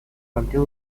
until